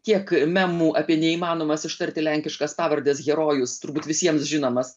tiek memų apie neįmanomas ištarti lenkiškas pavardes herojus turbūt visiems žinomas